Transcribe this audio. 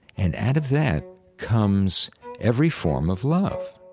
and out of that comes every form of love